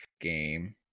game